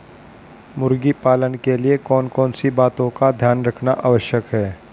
मुर्गी पालन के लिए कौन कौन सी बातों का ध्यान रखना आवश्यक है?